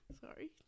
sorry